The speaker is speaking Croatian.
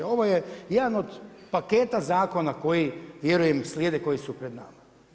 A ovo je jedan od paketa zakona koji vjerujem slijede, koji su pred nama.